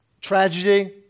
Tragedy